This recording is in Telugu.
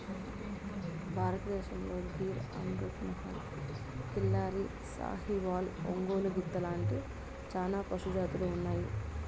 భారతదేశంలో గిర్, అమృత్ మహల్, కిల్లారి, సాహివాల్, ఒంగోలు గిత్త లాంటి చానా పశు జాతులు ఉన్నాయి